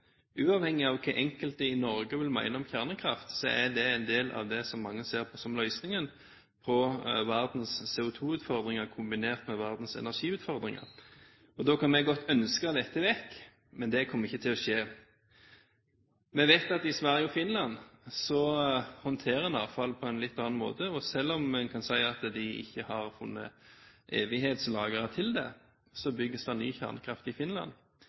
Uavhengig av hva enkelte i Norge vil mene om kjernekraft, er det en del av det mange ser på som løsningen på verdens CO2-utfordringer kombinert med verdens energiutfordringer. Vi kan godt ønske dette vekk, men det kommer ikke til å skje. Vi vet at i Sverige og Finland håndterer en avfall på en litt annen måte, og selv om en kan si at de ikke har funnet evighetslageret til det, bygges det ny kjernekraft i Finland. Når det gjelder de planene en har for lagring av avfall i Sverige og Finland,